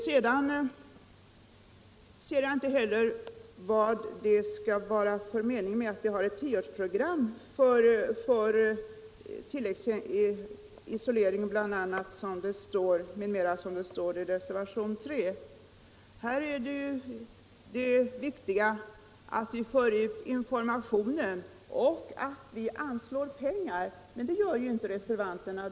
Sedan ser jag inte heller fördelen av att ha ett tioårsprogram för tillläggsisolering m.m., som det står i reservationen 3. Här är det viktiga att vi för ut informationen och att vi anslår pengar. Det gör inte reservanterna.